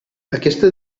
aquesta